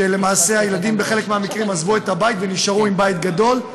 שלמעשה הילדים בחלק מן המקרים עזבו את הבית ונשארו עם בית גדול.